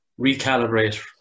recalibrate